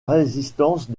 résistance